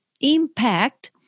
impact